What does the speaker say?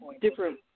different